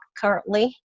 currently